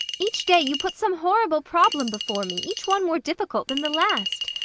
each day you put some horrible problem before me, each one more difficult than the last.